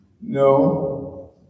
No